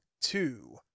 two